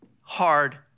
hard